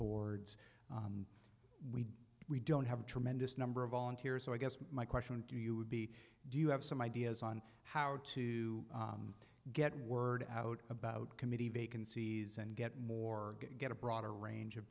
boards we don't have a tremendous number of volunteers so i guess my question to you would be do you have some ideas on how to get word out about committee vacancies and get more get a broader range of